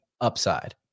Upside